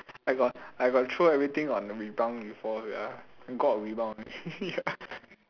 I got I got throw everything on the rebound before sia god of rebound eh